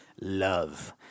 love